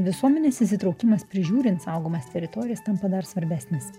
visuomenės įsitraukimas prižiūrint saugomas teritorijas tampa dar svarbesnis